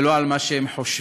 ולא על מה שהם חושבים.